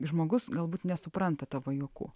žmogus galbūt nesupranta tavo juokų